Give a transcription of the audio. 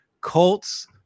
Colts